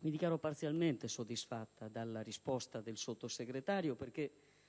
quindi parzialmente soddisfatta della risposta del Sottosegretario, perché